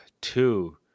Two